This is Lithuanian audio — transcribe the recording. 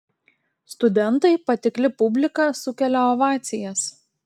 studentai patikli publika sukelia ovacijas